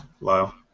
Lyle